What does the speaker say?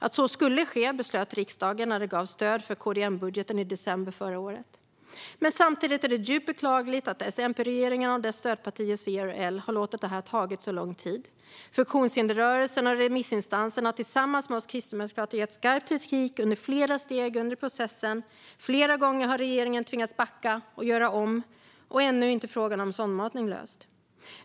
Att så skulle ske beslöt riksdagen när den gav stöd åt KD-M-budgeten i december förra året. Samtidigt är det djupt beklagligt att S-MP-regeringen och dess stödpartier C och L har låtit detta ta så lång tid. Funktionshindersrörelsen och remissinstanserna har tillsammans med oss kristdemokrater gett skarp kritik under flera steg i processen. Flera gånger har regeringen tvingats backa och göra om, och ännu är inte frågan om sondmatning löst.